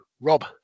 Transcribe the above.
Rob